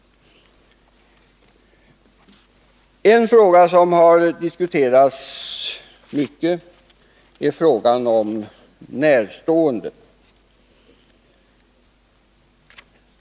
En fråga som diskuterats mycket är frågan om närstående.